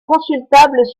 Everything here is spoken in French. consultables